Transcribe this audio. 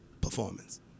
performance